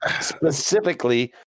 specifically